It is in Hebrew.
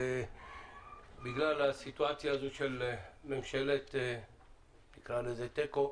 ובגלל הסיטואציה הזו של "ממשלת תיקו"